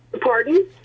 Pardon